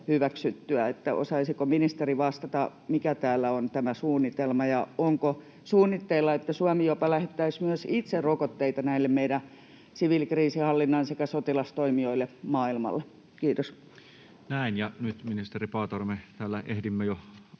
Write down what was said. hyväksytty. Osaisiko ministeri vastata, mikä täällä on tämä suunnitelma ja onko suunnitteilla, että Suomi jopa lähettäisi myös itse rokotteita näille meidän siviilikriisinhallinnan toimijoille sekä sotilastoimijoille maailmalla? — Kiitos. [Speech 107] Speaker: Toinen varapuhemies